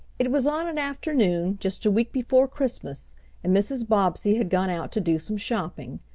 it was on an afternoon just a week before christmas and mrs. bobbsey had gone out to do some shopping.